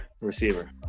receiver